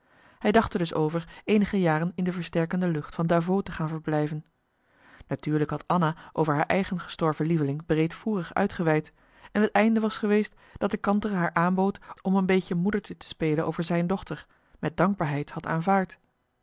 hij dacht er dus over eenige jaren in de versterkende lucht van davos te gaan verblijven natuurlijk had anna over haar eigen gestorven lieveling breedvoerig uitgeweid en het einde was geweest dat de kantere haar aanbod om een beetje moedertje te spelen over zijn dochter met dankbaarheid had aanvaard